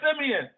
Simeon